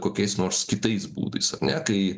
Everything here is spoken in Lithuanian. kokiais nors kitais būdais ar ne kai